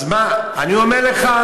אז מה, אני אומר לך,